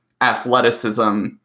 athleticism